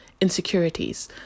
insecurities